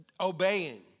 Obeying